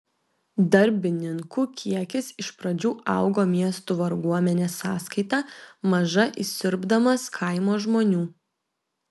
darbininkų kiekis iš pradžių augo miestų varguomenės sąskaita maža įsiurbdamas kaimo žmonių